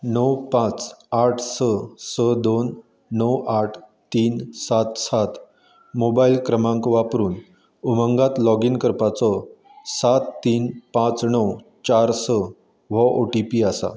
णव पांच आठ स स दोन णव आठ तीन सात सात मोबायल क्रमांक वापरून उमंगांत लॉगीन करपाचो सात तीन पांच णव चार स न्हो ओ टी पी आसा